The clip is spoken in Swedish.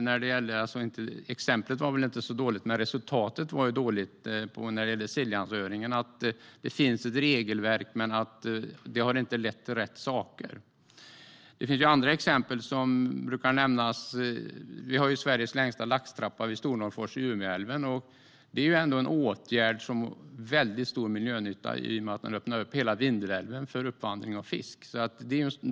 Exemplet i sig var förresten inte så dåligt, men resultatet när det gäller Siljansöringen var dåligt: Det finns ett regelverk, men det har inte lett till rätt saker. Det finns andra exempel som brukar nämnas. Vid Stornorrfors i Umeälven har vi Sveriges längsta laxtrappa, och det är ändå en åtgärd med en väldigt stor miljönytta i och med att den öppnar upp hela Vindelälven för uppvandring av fisk.